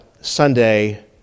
Sunday